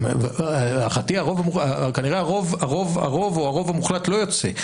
להערכתי הרוב או הרוב המוחלט לא יוצא,